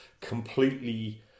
completely